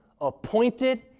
appointed